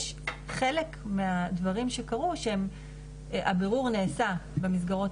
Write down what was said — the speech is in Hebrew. יש חלק מהדברים שקרו שהבירור נעשה במסגרות